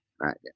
right